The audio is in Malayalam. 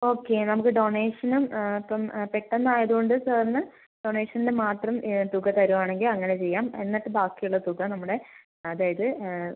ഓക്കേ നമുക്ക് ഡോണേഷനും ഇപ്പം പെട്ടെന്ന് ആയതുകൊണ്ട് സാറിന് ഡോണേഷന്റെ മാത്രം തുക തരുവാണെങ്കിൽ അങ്ങനെ ചെയ്യാം എന്നിട്ട് ബാക്കിയുള്ള തുക നമ്മുടെ അതായത്